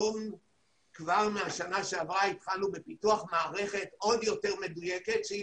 כבר מהשנה שעברה התחלנו בפיתוח מערכת עוד יותר מדויקת שהיא